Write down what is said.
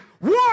One